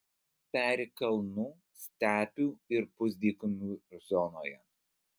peri kalnų stepių ir pusdykumių zonoje